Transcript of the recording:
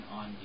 on